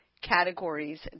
categories